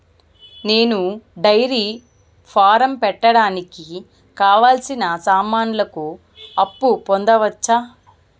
నేను dairy farm పెట్టడానికి కావాల్సిన సామాన్లకు అప్పు పొందొచ్చా?